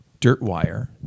Dirtwire